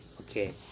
Okay